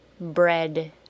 bread